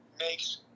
makes